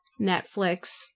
Netflix